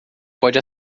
pode